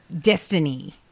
destiny